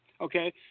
okay